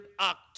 act